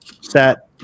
set